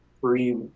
free